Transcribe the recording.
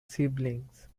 siblings